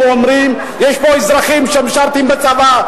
למה אתם לא קמים ואומרים את האמת לבוחרים שלכם?